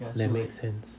that makes sense